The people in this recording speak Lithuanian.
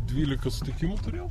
dvylika sutikimų turėjau